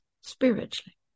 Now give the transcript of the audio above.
spiritually